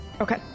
Okay